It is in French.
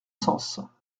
sens